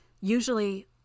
usually